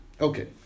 Okay